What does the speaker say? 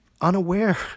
unaware